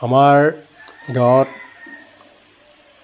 আমাৰ গাঁৱত